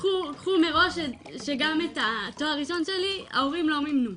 קחו מראש שגם את התואר הראשון ההורים לא מימנו.